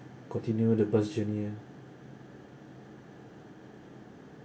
continue the bus journey lah